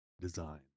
design